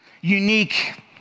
unique